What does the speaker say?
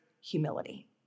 humility